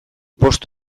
bost